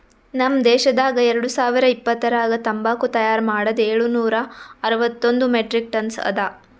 ನಮ್ ದೇಶದಾಗ್ ಎರಡು ಸಾವಿರ ಇಪ್ಪತ್ತರಾಗ ತಂಬಾಕು ತೈಯಾರ್ ಮಾಡದ್ ಏಳು ನೂರಾ ಅರವತ್ತೊಂದು ಮೆಟ್ರಿಕ್ ಟನ್ಸ್ ಅದಾ